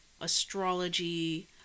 astrology